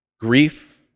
grief